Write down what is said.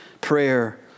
prayer